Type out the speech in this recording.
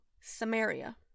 Samaria